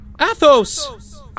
Athos